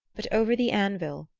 but over the anvil,